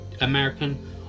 american